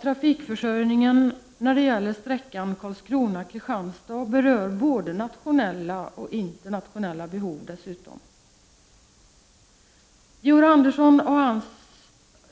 Trafikförsörjningen på sträckan Karlskrona—Kristianstad berör både nationella och internationella behov. Georg Andersson och hans